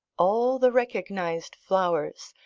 all, the recognised flowers,